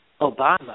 Obama